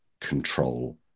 control